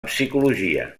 psicologia